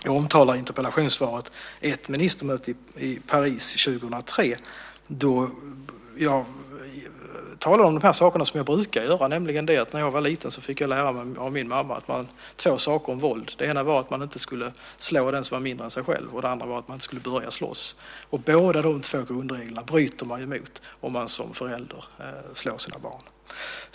Jag omtalar i interpellationssvaret ett ministermöte i Paris 2003 då jag talade om dessa saker, som jag brukar göra. Jag sade då att när jag var liten fick jag lära mig två saker om våld av min mamma. Det ena var att man inte skulle slå den som är mindre än en själv, och det andra var att man inte skulle börja slåss. Båda dessa grundregler bryter man ju mot om man som förälder slår sina barn.